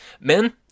Men